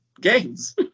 games